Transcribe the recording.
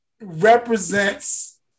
Represents